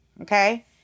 okay